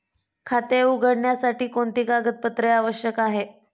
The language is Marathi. खाते उघडण्यासाठी कोणती कागदपत्रे आवश्यक आहे?